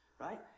Right